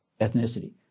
ethnicity